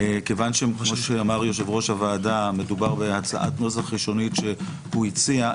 כיוון שכמו שאמר יושב-ראש הוועדה מדובר בהצעת נוסח ראשונית שהוא הציע,